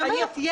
אני אומרת,